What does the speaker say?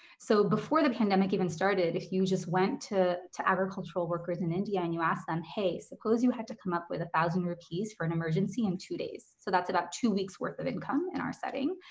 so before the pandemic even started, if you just went to to agricultural workers in india and you asked them, hey, suppose you had to come up with a thousand rupees for an emergency in two days. so that's about two weeks worth of income in our setting.